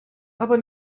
aber